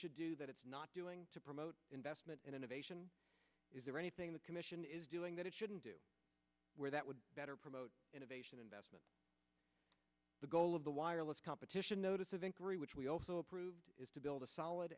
should do that it's not doing to promote investment in innovation is there anything the commission is doing that it shouldn't do where that would better promote innovation investment the goal of the wireless competition notice of inquiry which we also approved is to build a solid